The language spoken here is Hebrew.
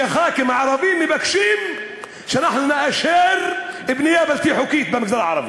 שהח"כים הערבים מבקשים שאנחנו נאשר בנייה בלתי חוקית במגזר הערבי.